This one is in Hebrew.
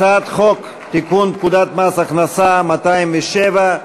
הצעת חוק לתיקון פקודת מס הכנסה (מס' 207),